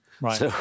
Right